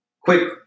quick